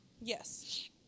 Yes